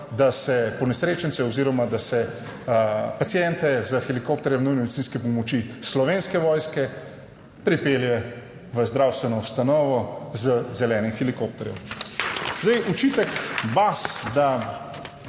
da se ponesrečence oziroma da se paciente s helikopterjem nujne medicinske pomoči Slovenske vojske, pripelje v zdravstveno ustanovo z zelenim helikopterjem. **88. TRAK (VI)